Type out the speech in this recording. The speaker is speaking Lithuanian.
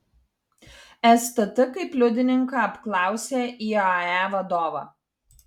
stt kaip liudininką apklausė iae vadovą